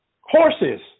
horses